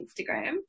Instagram